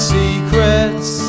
secrets